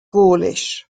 latin